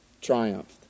triumphed